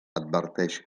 adverteix